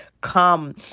come